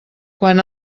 quan